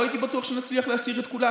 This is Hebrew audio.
לא הייתי בטוח שנצליח להסיר את כולם,